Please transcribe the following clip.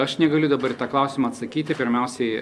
aš negaliu dabar į tą klausimą atsakyti pirmiausiai